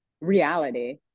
reality